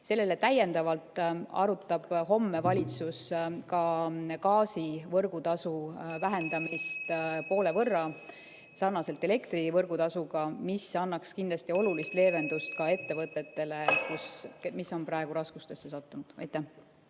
sellele arutab valitsus homme ka gaasi võrgutasu vähendamist poole võrra sarnaselt elektri võrgutasuga, mis annaks kindlasti olulist leevendust ka ettevõtetele, mis on praegu raskustesse sattunud. Nüüd